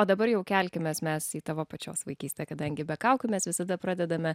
o dabar jau kelkimės mes į tavo pačios vaikystę kadangi be kaukių mes visada pradedame